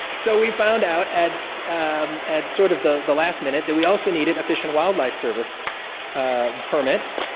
so we found out, at at sort of the the last minute, that we also needed a fish and wildlife service permit,